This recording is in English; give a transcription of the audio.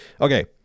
Okay